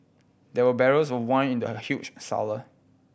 there were barrels of wine in the huge cellar